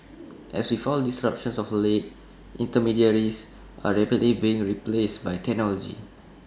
as with all disruptions of late intermediaries are rapidly being replaced by technology